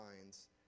minds